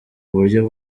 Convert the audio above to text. uburyo